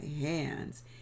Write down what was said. hands